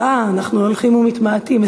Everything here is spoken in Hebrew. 24, אנחנו הולכים ומתמעטים.